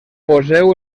poseu